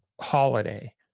holiday